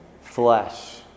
flesh